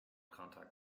contact